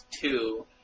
two